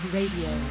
Radio